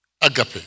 agape